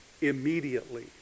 immediately